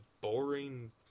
boring